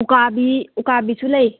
ꯎꯀꯥꯕꯤ ꯎꯀꯥꯕꯤꯁꯨ ꯂꯩ